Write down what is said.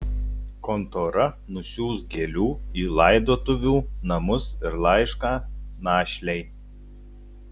kontora nusiųs gėlių į laidotuvių namus ir laišką našlei